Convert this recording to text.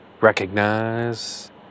recognize